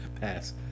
Pass